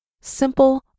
Simple